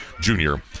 junior